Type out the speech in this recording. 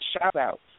shout-out